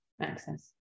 Access